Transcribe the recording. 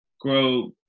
grow